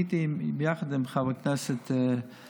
הייתי שם היום יחד עם חבר הכנסת גפני,